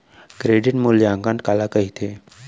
Credit मूल्यांकन काला कहिथे?